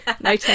no